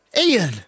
Ian